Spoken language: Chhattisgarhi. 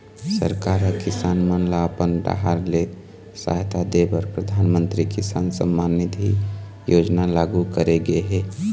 सरकार ह किसान मन ल अपन डाहर ले सहायता दे बर परधानमंतरी किसान सम्मान निधि योजना लागू करे गे हे